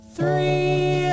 Three